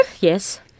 Yes